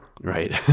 right